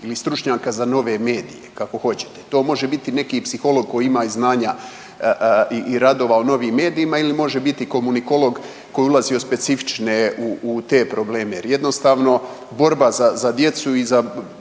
ili stručnjaka za nove medije kako hoćete. To može biti neki psiholog koji ima i znanja i radova u novim medijima ili može biti komunikolog koji ulazi specifično u te probleme. Jednostavno borba za djecu i za